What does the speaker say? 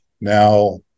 now